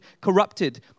corrupted